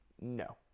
No